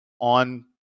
on